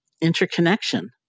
interconnection